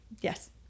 yes